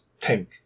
tank